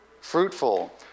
fruitful